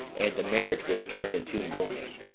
and the marriage was turned into mourning,